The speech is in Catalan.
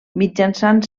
mitjançant